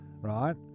Right